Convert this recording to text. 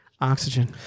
Oxygen